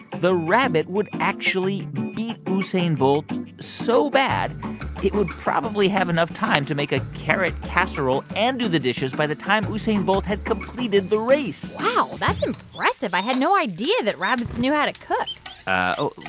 the rabbit would actually beat usain bolt so bad it would probably have enough time to make a carrot casserole and do the dishes by the time usain bolt had completed the race wow, that's impressive. i had no idea that rabbits knew how to cook oh,